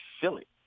silly